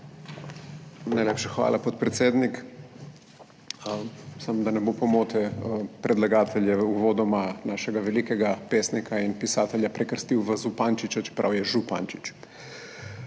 Najlepša hvala, podpredsednik. Samo da ne bo pomote, predlagatelj je uvodoma našega velikega pesnika in pisatelja prekrstil v Zupančiča, čeprav je Župančič.